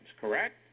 correct